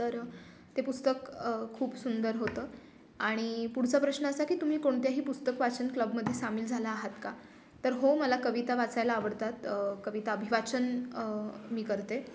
तर ते पुस्तक खूप सुंदर होतं आणि पुढचा प्रश्न असा की तुम्ही कोणत्याही पुस्तक वाचन क्लबमध्ये सामील झाला आहात का तर हो मला कविता वाचायला आवडतात कविता अभिवाचन मी करते